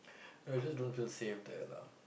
I just don't feel safe there lah